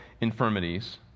infirmities